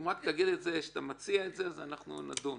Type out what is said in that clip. רק תגיד שאתה מציע את זה, אנחנו נדון.